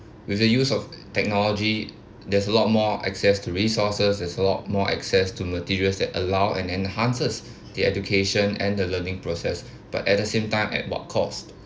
with the use of technology there's a lot more access to resources there's a lot more access to materials that allow and enhances the education and the learning process but at the same time at what cost